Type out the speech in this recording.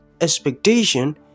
expectation